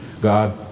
God